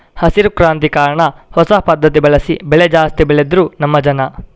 ಹಸಿರು ಕ್ರಾಂತಿ ಕಾರಣ ಹೊಸ ಪದ್ಧತಿ ಬಳಸಿ ಬೆಳೆ ಜಾಸ್ತಿ ಬೆಳೆದ್ರು ನಮ್ಮ ಜನ